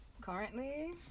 Currently